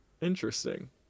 interesting